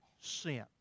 sin